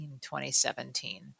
2017